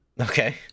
Okay